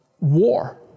War